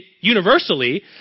universally